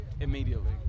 immediately